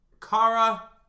Kara